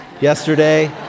yesterday